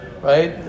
Right